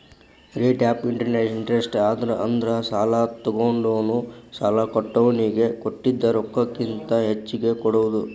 rate of interest ಅಂದ್ರ ಸಾಲಾ ತೊಗೊಂಡೋನು ಸಾಲಾ ಕೊಟ್ಟೋನಿಗಿ ಕೊಟ್ಟಿದ್ ರೊಕ್ಕಕ್ಕಿಂತ ಹೆಚ್ಚಿಗಿ ಕೊಡೋದ್